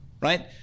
Right